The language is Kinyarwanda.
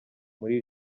muri